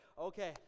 okay